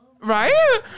Right